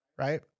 Right